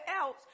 else